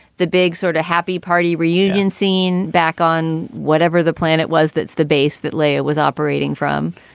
the big sort of happy party reunion scene back on whatever the planet was, that's the base that lay it was operating from.